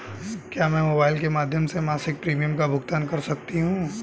क्या मैं मोबाइल के माध्यम से मासिक प्रिमियम का भुगतान कर सकती हूँ?